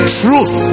truth